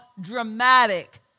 dramatic